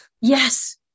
Yes